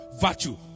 virtue